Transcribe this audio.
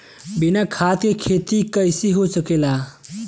बिना खाद के खेती कइसे हो सकेला?